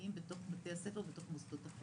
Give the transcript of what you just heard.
שנמצאים בתוך בתי הספר, בתוך מוסדות החינוך.